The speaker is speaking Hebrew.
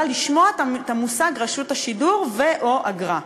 מלשמוע את המושג "רשות השידור" ו/או "אגרה".